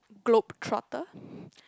globe trotter